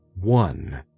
one